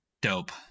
Dope